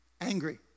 Angry